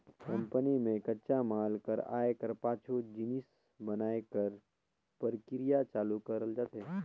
company में कच्चा माल कर आए कर पाछू जिनिस बनाए कर परकिरिया चालू करल जाथे